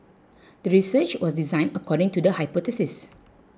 the research was designed according to the hypothesis